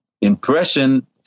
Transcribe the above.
impression